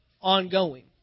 ongoing